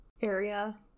area